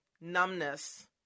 numbness